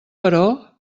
però